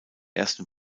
ersten